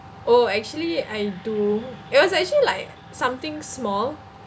oh actually I do it was actually like something small